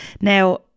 Now